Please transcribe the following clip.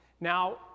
Now